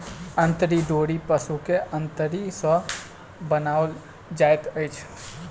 अंतरी डोरी पशुक अंतरी सॅ बनाओल जाइत अछि